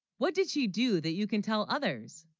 what did she do that you can, tell others,